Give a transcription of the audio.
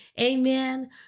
Amen